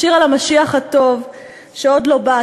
השיר על המשיח הטוב שעוד לא בא,